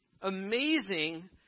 amazing